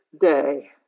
day